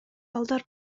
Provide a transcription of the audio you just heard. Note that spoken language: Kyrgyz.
балдар